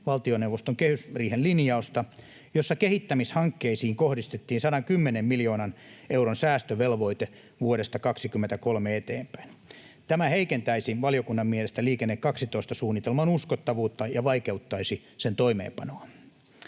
valtioneuvoston kehysriihen linjausta, jossa kehittämishankkeisiin kohdistettiin 110 miljoonan euron säästövelvoite vuodesta 23 eteenpäin. Tämä heikentäisi valiokunnan mielestä Liikenne 12 ‑suunnitelman uskottavuutta ja vaikeuttaisi sen toimeenpanoa.